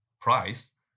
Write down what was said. price